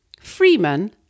Freeman